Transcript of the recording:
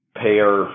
payer